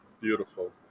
Beautiful